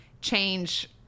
change